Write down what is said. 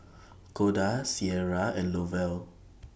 Koda Ciera and Lovell